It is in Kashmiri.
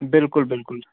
بِلکُل بِلکُل